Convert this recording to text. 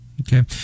okay